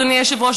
אדוני היושב-ראש,